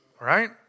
Right